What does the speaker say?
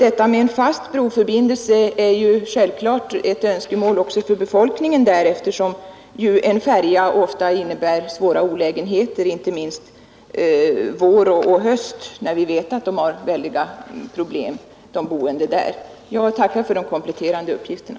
En fast broförbindelse är självklart ett önskemål även för befolkningen, eftersom en färja ofta innebär svåra olägenheter, inte minst vår och höst när de boende har stora problem. Jag tackar för de kompletterande uppgifterna.